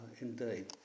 indeed